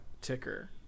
ticker